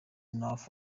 north